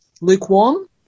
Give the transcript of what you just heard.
Lukewarm